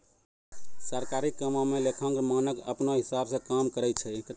सरकारी कामो म भी लेखांकन मानक अपनौ हिसाब स काम करय छै